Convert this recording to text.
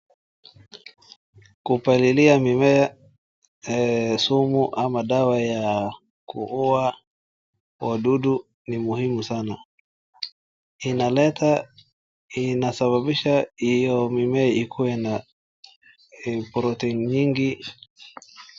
Kupalilia mimea sumu ama dawa ya kuua wadudu ni muhimu sana, inaleta, inasababisha hiyo mimea ikuwe na protein mingi.